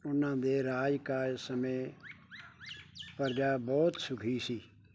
ਉਹਨਾਂ ਦੇ ਰਾਜ ਕਾਲ ਸਮੇਂ ਪਰਜਾ ਬਹੁਤ ਸੁਖੀ ਸੀ